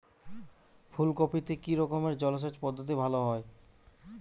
ফুলকপিতে কি রকমের জলসেচ পদ্ধতি ভালো হয়?